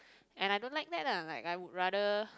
and I don't like that lah like I would rather